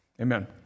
Amen